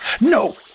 No